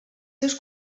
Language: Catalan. seus